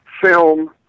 film